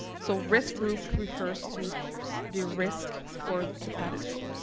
so risk group refers to the risk for the pathogen.